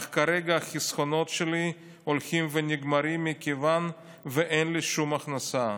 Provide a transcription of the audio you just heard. אך כרגע החסכונות שלי הולכים ונגמרים מכיוון שאין לי שום הכנסה.